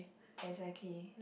exactly